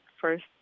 first